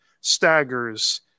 staggers